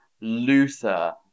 Luther